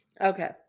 okay